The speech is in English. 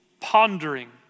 pondering